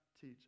teach